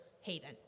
Haven